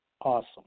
awesome